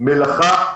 מלאכה,